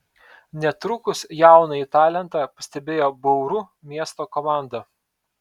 netrukus jaunąjį talentą pastebėjo bauru miesto komanda